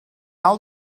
sawl